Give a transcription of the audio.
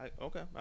Okay